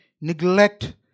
neglect